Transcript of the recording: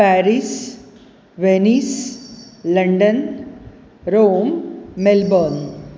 Paris Venice London Rome Melbourne